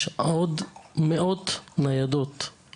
יש מאות מאות ניידות,